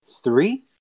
Three